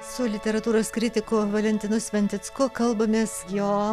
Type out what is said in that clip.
su literatūros kritiku valentinu sventicku kalbamės jo